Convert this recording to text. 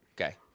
Okay